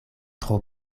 tro